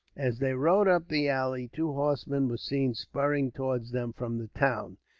as they rode up the valley, two horsemen were seen spurring towards them, from the town.